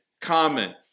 common